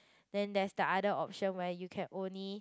then there's the other option where you can only